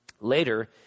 Later